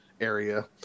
area